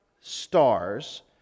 stars